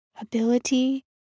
ability